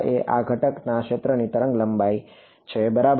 છે આ ઘટના ક્ષેત્રની તરંગલંબાઇ બરાબર